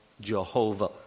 Jehovah